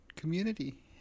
community